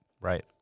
Right